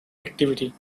activity